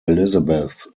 elizabeth